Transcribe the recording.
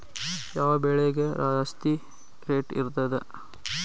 ಯಾವ ಬೆಳಿಗೆ ಜಾಸ್ತಿ ರೇಟ್ ಇರ್ತದ?